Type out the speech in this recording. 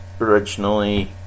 originally